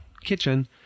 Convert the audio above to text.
kitchen